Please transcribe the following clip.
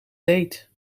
date